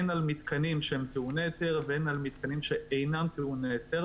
הן על מיתקנים שהם טעוני היתר והן על מיתקנים שאינם טעוני היתר,